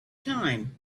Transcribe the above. time